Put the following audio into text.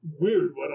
weird